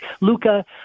Luca